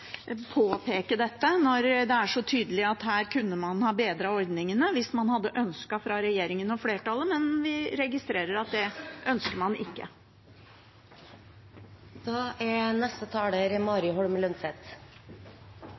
påpeke det når det er så tydelig at her kunne man ha bedret ordningene hvis man hadde ønsket det fra regjeringen og flertallet, men vi registrerer at det ønsker man ikke.